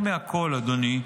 המקנים יותר מהכול, אדוני,